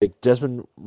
Desmond